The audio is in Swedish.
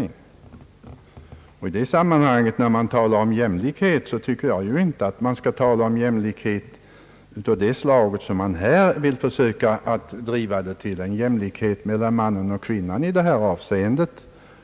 När man i detta sammanhang talar om jämlikhet bör man inte försöka driva det enbart till en jämlikhet mellan man och kvinna i detta avseende.